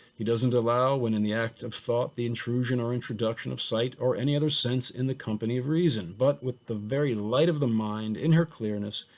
he doesn't allow when in the act of thought, the intrusion or introduction of sight or any other sense in the company of reason. but with the very light of the mind, in her clearness,